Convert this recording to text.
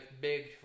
big